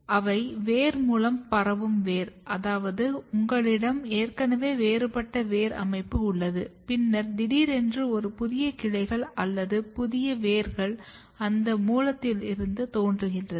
எனவே அவை வேர் மூலம் பரவும் வேர் அதாவது உங்களிடம் ஏற்கனவே வேறுபட்ட வேர் அமைப்பு உள்ளது பின்னர் திடீரென்று ஒரு புதிய கிளைகள் அல்லது புதிய வேர்கள் அந்த மூலத்திலிருந்து தோன்றுகிறது